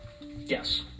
Yes